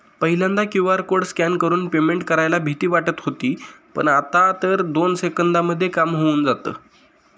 पहिल्यांदा QR code scan करून payment करायला भीती वाटत होती पण, आता तर दोन सेकंदांमध्ये काम होऊन जातं